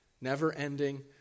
never-ending